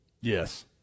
Yes